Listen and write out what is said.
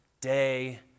day